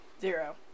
Zero